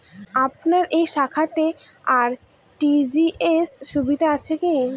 আপনার এই শাখাতে আর.টি.জি.এস সুবিধা আছে কি?